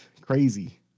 Crazy